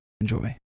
Enjoy